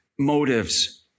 Motives